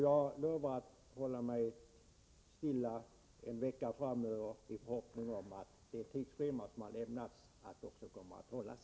Jag lovar att hålla mig stilla en vecka framöver i förhoppning om att det tidsschema som har lämnats också kommer att hållas.